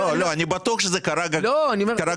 אני בטוח שזה קרה גם בעבר,